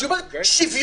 אז היא אמרה: שוויוני.